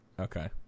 Okay